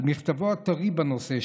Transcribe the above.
על מכתבו הטרי בנושא,